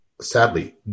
sadly